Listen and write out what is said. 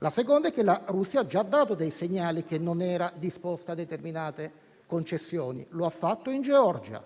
in secondo luogo, la Russia ha già dato dei segnali rispetto al fatto che non era disposta a determinate concessioni. Lo ha fatto in Georgia